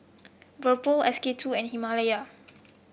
S K two and Himalaya